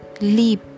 leap